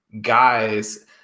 guys